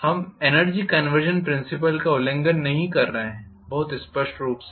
हम energy conservation principle का उल्लंघन नहीं कर रहे हैं बहुत स्पष्ट रूप से